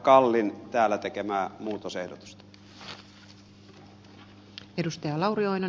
kallin täällä tekemää muutosehdotusta